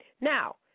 Now